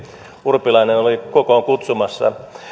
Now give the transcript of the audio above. urpilainen oli kokoon kutsumassa